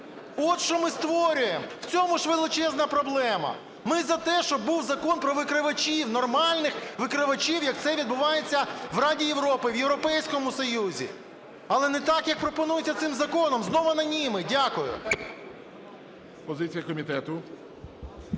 от що ми створюємо. В цьому ж величезна проблема. Ми за те, щоб був закон про викривачів, нормальних викривачів, як це відбувається в Раді Європи, в Європейському Союзі, але не так, як пропонується цим законом, знову аноніми. Дякую. ГОЛОВУЮЧИЙ. Позиція комітету.